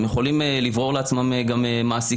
הם יכולים לברור לעצמם מעסיקים,